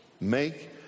make